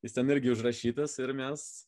jis ten irgi užrašytas ir mes